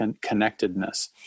connectedness